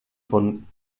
von